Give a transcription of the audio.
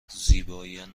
زیبایان